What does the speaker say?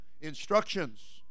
instructions